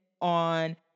on